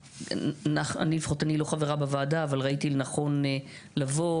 אני לא חברה בוועדה אבל ראיתי לנכון לבוא,